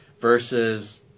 versus